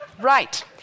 Right